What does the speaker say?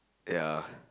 ya